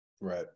Right